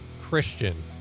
christian